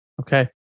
Okay